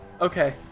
Okay